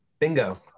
Bingo